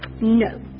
No